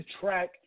track